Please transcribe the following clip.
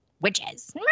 witches